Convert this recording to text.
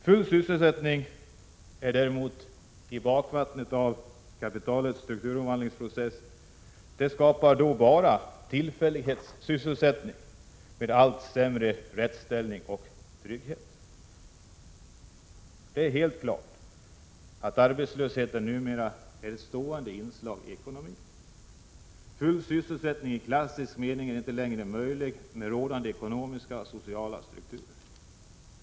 Full sysselsättning däremot, i bakvattnet av kapitalets strukturomvandlingsprocess, skapar bara tillfällighetssysselsättning med allt sämre rättsställning och trygghet. Det är helt klart att arbetslösheten numera är ett stående inslag i ekonomin. Full sysselsättning i klassisk mening är inte längre möjlig, med rådande ekonomiska och sociala strukturer.